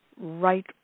right